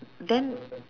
then